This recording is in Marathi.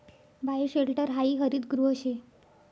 बायोशेल्टर हायी हरितगृह शे